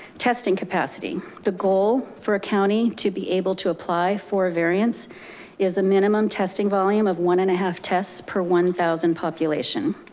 testing capacity, the goal for a county to be able to apply for a variance is a minimum testing volume of one and a half tests per one thousand population.